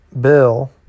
Bill